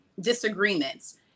disagreements